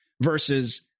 versus